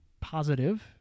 positive